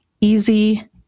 easy